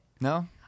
No